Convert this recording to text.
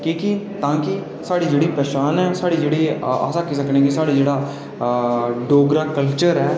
के तांकि साढ़ी जेह्ड़ी पंछान ऐ साढ़ी जेह्ड़ी अस आक्खी सकने आं कि डोगरा कल्चर ऐ